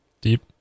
deep